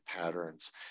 patterns